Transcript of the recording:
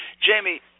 Jamie